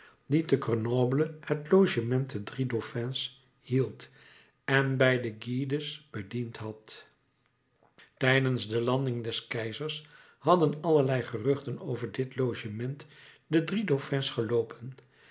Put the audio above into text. die te grenoble het logement de drie dauphins hield en bij de guides gediend had tijdens de landing des keizers hadden allerlei geruchten over dit logement de